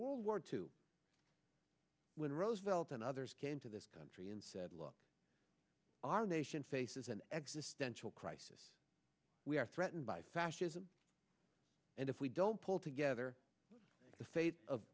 world war two when roosevelt and others came to this country and said look our nation faces an existential crisis we are threatened by fascism and if we don't pull together the fate of